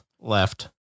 left